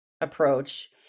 approach